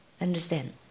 Understand